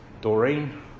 Doreen